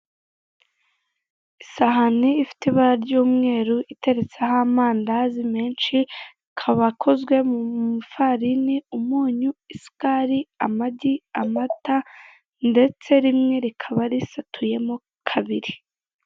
Isahani ifite ibara ry'umweru, iteretseho amandazi menshi, akaba akozwe mu farini, umunyu, isukari, amagi, amata, ndetse rimwe rikaba risatuyemo kabiri.